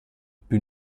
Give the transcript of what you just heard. più